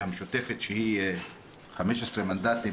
שהמשותפת שהיא 15 מנדטים,